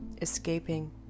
escaping